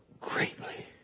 greatly